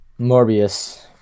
morbius